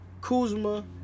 Kuzma